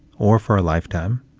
or for a lifetime,